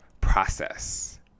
process